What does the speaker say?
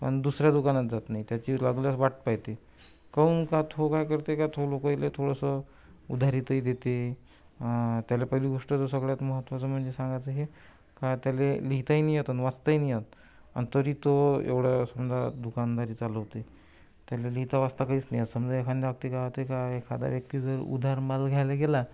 पण दुसऱ्या दुकानात जात नाही त्याची लागल्यास वाट पाहते काऊन का तो काय करते का तो लोकाइले थोडंसं उधारीतही देते त्याला पहिली गोष्ट तर सगळ्यात महत्त्वाचं म्हणजे सांगायचं हे का त्याला लिहिताही नाही येत अन् वाचताही नाही येत आणि तरी तो एवढं समजा दुकानदारी चालवते त्याला लिहिता वाचता काहीच नाही येत समजा एखादा वक्ती काय ते काय एखादा व्यक्ती जर उधार माल घ्यायला गेला